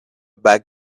bag